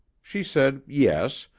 she said yes,